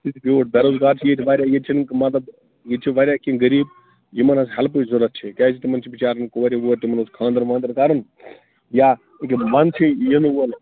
سُہ تہ بیٛوٗٹھ درسگاہ چھِ ییٚتہِ وارِیاہ ییٚتہِ چھِنہٕ مطلب ییٚتہِ چھِ واریاہ کیٚنٛہہ غر یٖب یِمَن حظ ہیلپٕچ ضروٗرت چھِ کیٛازِ تِمَن چھِ بِچارَن کورِ وورِ تِمَن اوس خانٛدَر وانٛدَر کَرُن یا ونٛدٕ چھُ یِنہٕ وول